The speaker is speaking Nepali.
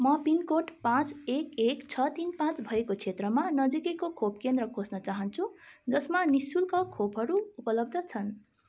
म पिनकोड पाँच एक एक छ तिन पाँच भएको क्षेत्रमा नजिकैको खोप केन्द्र खोज्न चाहन्छु जसमा नि शुल्क खोपहरू उपलब्ध छन्